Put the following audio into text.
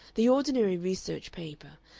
the ordinary research paper,